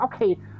okay